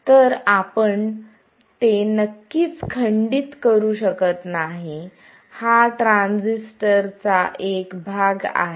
तर आपण ते नक्कीच खंडित करू शकत नाही हा ट्रान्झिस्टरचा एक भाग आहे